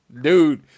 dude